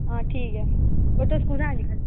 आंं ठीक ऐ ओह् तुस कुत्थें न